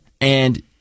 And-